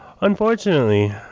Unfortunately